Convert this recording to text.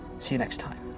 see you next time.